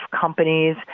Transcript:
companies